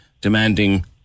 demanding